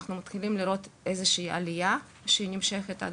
אנחנו יכולים לראות איזו שהיא עלייה שנמשכה עד